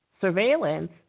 surveillance